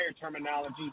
terminology